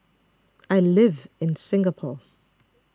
I live in Singapore